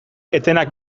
etenak